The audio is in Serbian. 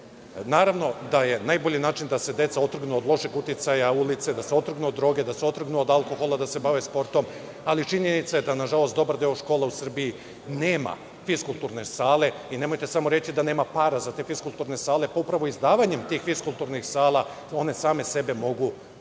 Naravno da je najbolji način da se deca otrgnu od lošeg uticaja ulice, da se otrgnu od droge, da se otrgnu od alkohola, da se bave sportom, ali činjenica je da, nažalost, dobar deo škola u Srbiji nema fiskulturne sale. Nemojte samo reći da nema para za te fiskulturne sale. Upravo izdavanjem tih fiskulturnih sala, one same sebe mogu da